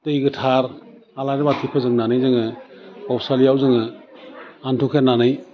दै गोथार आलारि बाथि फोजोंनानै जोङो बावसालियाव जोंङो हान्थु खेरायनानै